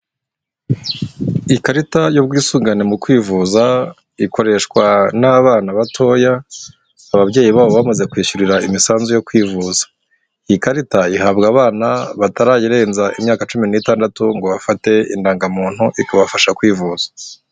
Ikarita y'ubwisungane mu kwivuza, ikoreshwa n'abana batoya, ababyeyi babo bamaze kwishyurira imisanzu yo kwivuza. Iyi karita ihabwa abana batarayirenza imyaka cumi n'itandatu ngo bafate indangamuntu, ikabafasha kwivuza.